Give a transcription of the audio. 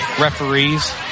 Referees